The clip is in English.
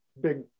big